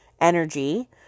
energy